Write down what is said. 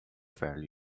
fairly